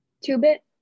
Two-bit